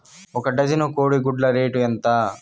ఒక డజను కోడి గుడ్ల రేటు ఎంత?